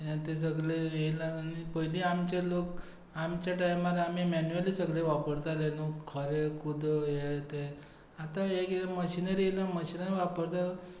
हे तें सगलें येयलां आनी पयलीं आमचे लोक आमचे टायमार आमी मॅन्युअली सगले वापरताले न्हू खोरें कुदळ हें तें आतां हें किदें मशिनरी येयला मशिनरी वापरता